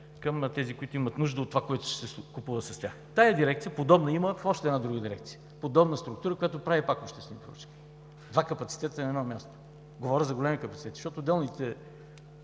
към тези, които имат нужда от тях, което ще се купува с тях. Подобна на тази дирекция има в още една друга дирекция, подобна структура, като прави пак обществени поръчки. Два капацитета на едно място, говоря за големи капацитети, защото отделните